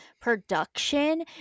production